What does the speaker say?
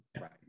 Right